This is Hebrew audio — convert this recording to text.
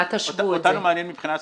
אותנו מעניין מבחינה סביבתית.